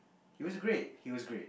he was great he was great